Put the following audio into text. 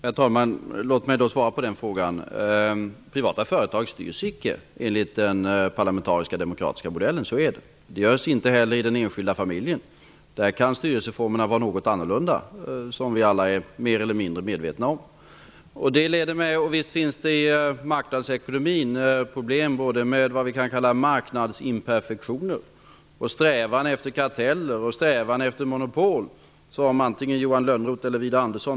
Herr talman! Låt mig svara på den frågan. Privata företag styrs icke enligt den parlamentariska demokratiska modellen. Så är det. Det sker inte heller i den enskilda familjen. Där kan styrelseformerna vara något annorlunda, som vi alla är mer eller mindre medvetna om. Visst finns det problem i marknadsekonomin, både med vad vi kan kalla marknadsinperfektioner och strävan efter karteller och monopol, som vi vet finns.